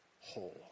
whole